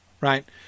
right